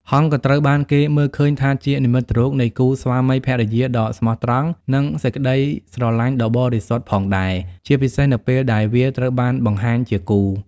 ហង្សក៏ត្រូវបានគេមើលឃើញថាជានិមិត្តរូបនៃ គូស្វាមីភរិយាដ៏ស្មោះត្រង់ និង ក្តីស្រឡាញ់ដ៏បរិសុទ្ធ ផងដែរ ជាពិសេសនៅពេលដែលវាត្រូវបានបង្ហាញជាគូ។